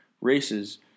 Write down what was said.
races